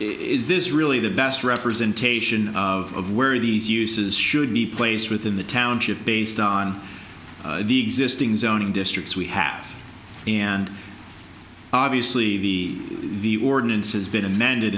is this really the best representation of where these uses should be placed within the township based on the existing zoning districts we have and obviously the view ordinances been amended